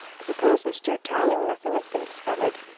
i suppose, mr. tarling, nothing has been discovered?